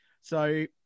So-